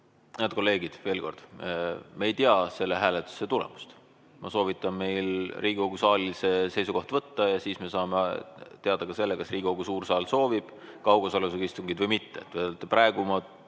Head kolleegid, veel kord: me ei tea selle hääletuse tulemust. Ma soovitan meil Riigikogu saalis seisukoht võtta ja siis me saame teada ka selle, kas Riigikogu suur saal soovib kaugosalusega istungeid või mitte.